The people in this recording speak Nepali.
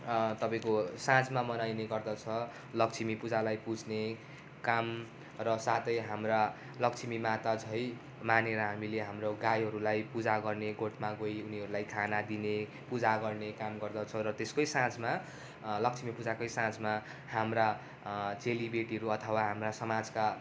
तपाईँको साँझमा मनाइने गर्दछ लक्ष्मी पूजालाई पुज्ने काम र साथै हाम्रा लक्ष्मी माता झैँ मानेर हामीले हाम्रो गाईहरूलाई पूजा गर्ने गोठमा गई उनीहरूलाई खाना दिने पूजा गर्ने काम गर्दछौँ र त्यसकै साँझमा लक्ष्मी पूजाकै साँझमा हाम्रा चेलीबेटीहरू अथवा हाम्रा समाजका